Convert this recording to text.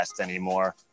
anymore